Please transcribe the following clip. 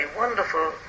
wonderful